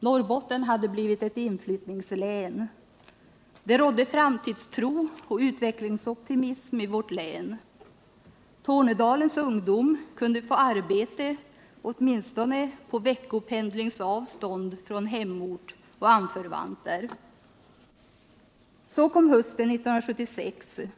Norrbotten hade blivit ett inflyttningslän. Det rådde framtidstro och utvecklingsoptimism i vårt län. Tornedalens ungdom kunde få arbete, åtminstone på veckopendlingsavstånd från hemort och anförvanter. Så kom hösten 1976.